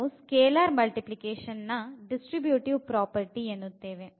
ಇದನ್ನು scalar multiplication ನ distributive property ಎನ್ನುತ್ತೇವೆ